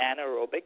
anaerobic